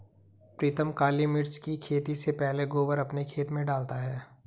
प्रीतम काली मिर्च की खेती से पहले गोबर अपने खेत में डालता है